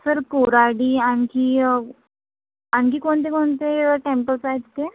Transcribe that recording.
sir Koradi आणखी आणखी कोणते कोणते टेंपल्स आहेत तिथे